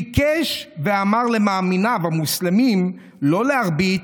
ביקש ואמר למאמיניו המוסלמים לא להרביץ,